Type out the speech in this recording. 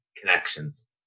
connections